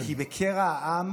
כי בקרע העם